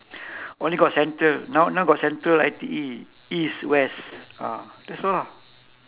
only got central now now got central I_T_E east west ah that's all ah